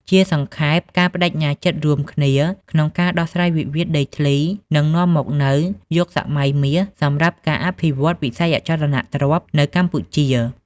ជាសង្ខេប ការប្ដេជ្ញាចិត្តរួមគ្នាក្នុងការដោះស្រាយវិវាទដីធ្លី នឹងនាំមកនូវយុគសម័យមាសសម្រាប់ការអភិវឌ្ឍវិស័យអចលនទ្រព្យនៅកម្ពុជា។